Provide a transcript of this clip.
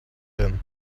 him